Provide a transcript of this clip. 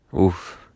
Oof